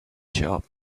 sharp